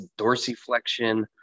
dorsiflexion